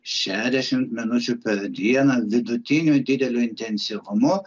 šešiasdešimt minučių per dieną vidutiniu dideliu intensyvumu